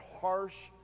harsh